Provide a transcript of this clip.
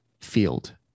field